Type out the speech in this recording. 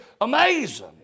amazing